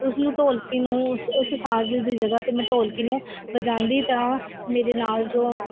ਉਸ ਨੂੰ ਢੋਲਕੀ ਨੂੰ ਉਸ ਉਸ ਸਾਜ਼ ਦੀ ਜਗ੍ਹਾ 'ਤੇ ਮੈਂ ਢੋਲਕੀ ਨੂੰ ਵਜਾਉਂਦੀ ਤਾਂ ਮੇਰੇ ਨਾਲ ਜੋ